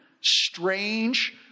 strange